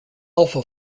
alpha